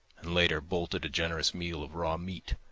and later bolted a generous meal of raw meat,